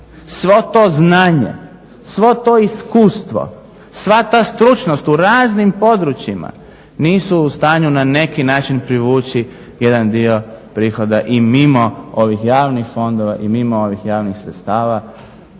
svo to znanje, svo to iskustvo, sva ta stručnost u raznim područjima nisu u stanju na neki način privući jedan dio prihoda i mimo ovih javnih fondova i mimo ovih javnih sredstava.